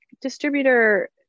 distributor